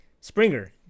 Springer